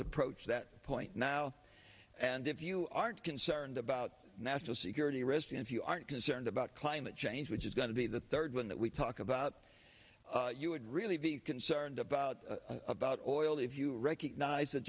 protest that point now and if you aren't concerned about national security risk and if you aren't concerned about climate change which is going to be the third when that we talk about you would really be concerned about about oil if you recognize that